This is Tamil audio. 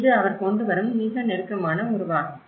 இது அவர் கொண்டுவரும் மிக நெருக்கமான உறவாகும்